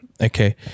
Okay